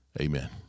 Amen